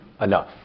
enough